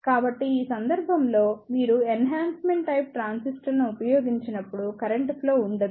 కాబట్టి ఈ సందర్భంలో మీరు ఈ ఎన్హాన్స్మెంట్ టైప్ ట్రాన్సిస్టర్లను ఉపయోగించినప్పుడు కరెంట్ ఫ్లో ఉండదు